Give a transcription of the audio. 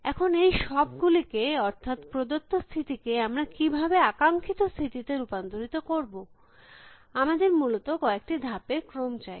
এখন এই সব গুলিকে অর্থাৎ প্রদত্ত স্থিতিকে আমরা কী ভাবে আকাঙ্খিত স্থিতিতে রূপান্তরিত করব আমাদের মূলত কয়েকটি ধাপের ক্রম চাই